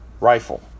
rifle